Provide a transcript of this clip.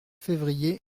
février